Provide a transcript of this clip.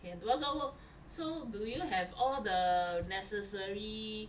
can so do you have all the necessary